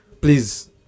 please